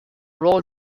roll